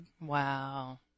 Wow